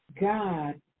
God